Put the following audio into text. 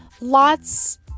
lots